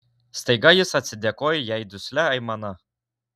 staiga jis atsidėkojo jai duslia aimana